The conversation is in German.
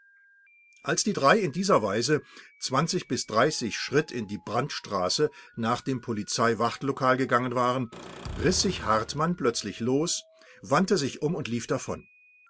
als die drei in dieser weise schritt in die brandstraße nach dem polizei wachtlokal gegangen waren riß sich hartmann plötzlich los wandte sich um und lief davon